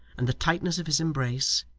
and the tightness of his embrace,